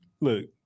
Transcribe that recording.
look